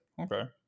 Okay